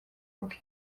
bwe